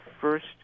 first